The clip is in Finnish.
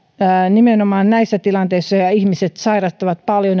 nimenomaan näissä tilanteissa joissa ihmiset sairastavat paljon